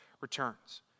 returns